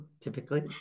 typically